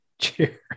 Cheers